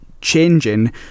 changing